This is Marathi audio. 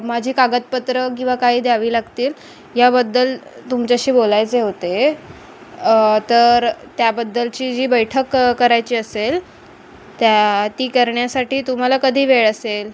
माझी कागदपत्रं किंवा काही द्यावी लागतील याबद्दल तुमच्याशी बोलायचे होते तर त्याबद्दलची जी बैठक करायची असेल त्या ती करण्यासाठी तुम्हाला कधी वेळ असेल